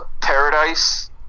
paradise